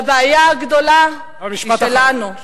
והבעיה הגדולה היא שלנו,